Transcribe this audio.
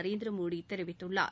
நரேந்திர மோடி தெரிவித்துள்ளார்